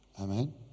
Amen